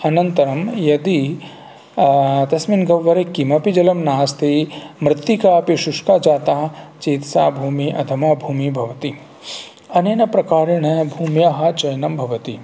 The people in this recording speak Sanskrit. अनन्तरं यदि तस्मिन् गह्वरे किमपि जलं नास्ति मृत्तिका अपि शुष्का जाता चेत् सा भूमिः अधमा भूमिः भवति अनेन प्रकारेण भूम्याः चयनं भवति